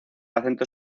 acento